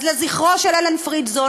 אז לזכרו של אלן פרידזון,